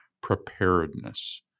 preparedness